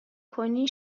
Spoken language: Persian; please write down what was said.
کنی